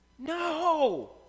No